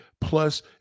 plus